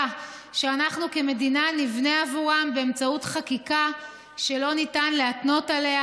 שאנחנו כמדינה נבנה עבורם באמצעות חקיקה שלא ניתן להתנות עליה.